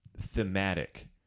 thematic